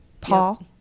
paul